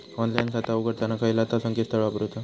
Online खाता उघडताना खयला ता संकेतस्थळ वापरूचा?